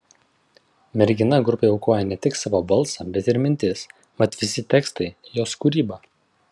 mergina grupei aukoja ne tik savo balsą bet ir mintis mat visi tekstai jos kūryba